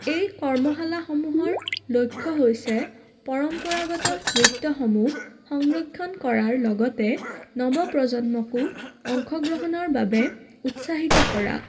এই কৰ্মশালাসমূহৰ লক্ষ্য হৈছে পৰম্পৰাগত নৃত্যসমূহ সংৰক্ষণ কৰাৰ লগতে নৱপ্ৰজন্মকো অংশগ্ৰহণৰ বাবে উৎসাহিত কৰা